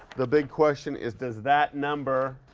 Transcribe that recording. the big question is does that number